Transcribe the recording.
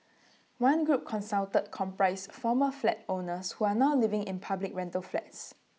one group consulted comprised former flat owners who are now living in public rental flats